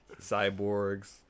cyborgs